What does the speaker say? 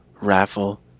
raffle